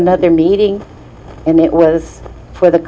another meeting and it was for the